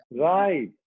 Right